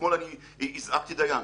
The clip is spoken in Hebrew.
אתמול הזעקתי דיין,